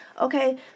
Okay